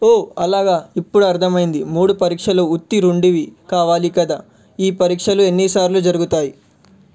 ఓ అలాగా ఇప్పుడు అర్ధమయ్యింది మూడు పరీక్షలు ఉత్తీర్ణుడివి కావాలి కదా ఈ పరీక్షలు ఎన్ని సార్లు జరుగుతాయి